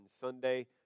Sunday